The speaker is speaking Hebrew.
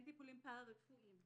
אין טיפולים פרה-רפואיים.